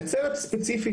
נצרת ספציפית,